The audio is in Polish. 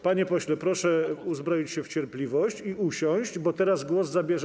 Panie pośle, proszę uzbroić się w cierpliwość i usiąść, bo teraz głos zabierze.